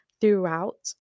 throughout